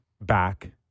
back